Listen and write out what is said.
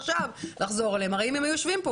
אם הם היו יושבים כאן,